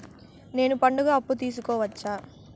నేను పండుగ అప్పు తీసుకోవచ్చా?